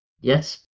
Yes